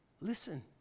Listen